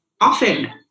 often